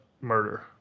murder